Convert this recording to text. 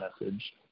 message